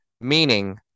Meaning